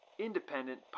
independent